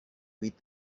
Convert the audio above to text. with